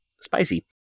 spicy